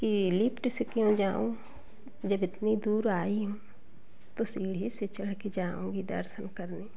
कि लिफ्ट से क्यों जाऊँ जब इतनी दूर आई हूँ तो सीढ़ी से चढ़ कर जाऊँगी दर्शन करने